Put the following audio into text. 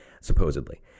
supposedly